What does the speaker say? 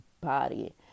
body